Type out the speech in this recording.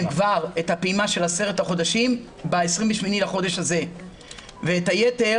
את פעימת עשרת החודשים ב-28 בחודש זה ואת היתר,